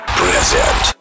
present